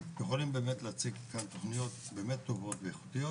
יכולים להציג כאן תוכניות טובות ואיכותיות,